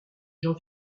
jean